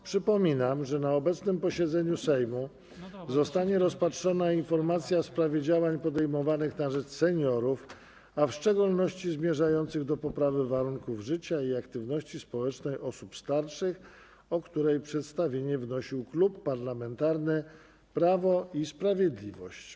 Przypominam, że na obecnym posiedzeniu Sejmu zostanie rozpatrzona informacja w sprawie działań podejmowanych na rzecz seniorów, w szczególności zmierzających do poprawy warunków życia i aktywności społecznej osób starszych, o której przedstawienie wnosił Klub Parlamentarny Prawo i Sprawiedliwość.